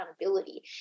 accountability